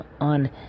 On